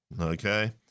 okay